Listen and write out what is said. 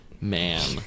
man